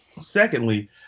Secondly